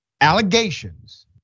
allegations